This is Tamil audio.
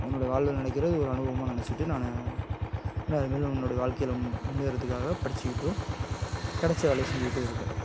என்னோட வாழ்வில நினைக்கிற இது ஒரு அனுபவமாக நினச்சிட்டு நான் நான் இது மாரி உன்னோட வாழ்க்கையில் முன்னேறதுக்காக படிச்சிக்கிட்டும் கிடைச்ச வேலையை செஞ்சிக்கிட்டும் இருக்கேன்